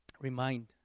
remind